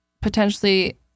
Potentially